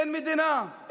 אין מדינה,